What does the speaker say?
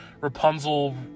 Rapunzel